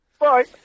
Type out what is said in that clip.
Bye